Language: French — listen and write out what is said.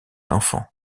enfant